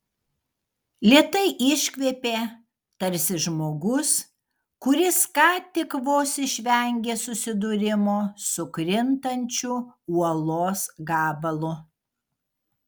lėtai iškvėpė tarsi žmogus kuris ką tik vos išvengė susidūrimo su krintančiu uolos gabalu